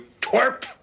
twerp